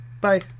Bye